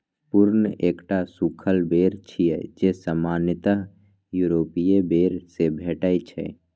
prune एकटा सूखल बेर छियै, जे सामान्यतः यूरोपीय बेर सं भेटै छै